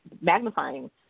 magnifying